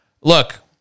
Look